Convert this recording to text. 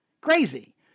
crazy